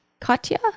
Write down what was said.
Katya